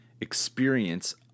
experience